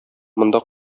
монда